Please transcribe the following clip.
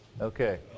Okay